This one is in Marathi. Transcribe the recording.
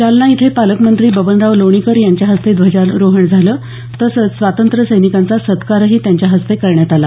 जालना इथे पालकमंत्री बबनराव लोणीकर यांच्या हस्ते ध्वजारोहण झालं तसंच स्वातंत्र्यसैनिकांचा सत्कारही त्यांच्या हस्ते करण्यात आला